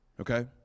Okay